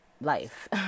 life